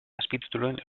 azpitituluen